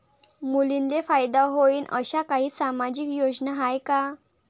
मुलींले फायदा होईन अशा काही सामाजिक योजना हाय का?